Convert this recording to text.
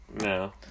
No